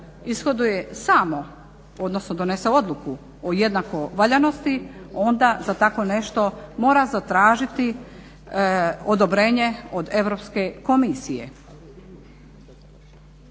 ishoduje samo, odnosno donese odluku o jednakoj valjanosti onda za takvo nešto mora zatražiti odobrenje od Europske komisije.